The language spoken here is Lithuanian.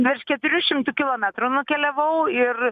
virš keturių šimtų kilometrų nukeliavau ir